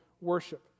worship